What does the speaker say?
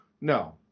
No